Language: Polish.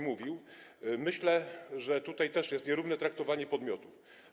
Myślę, że tutaj też jest nierówne traktowanie podmiotów.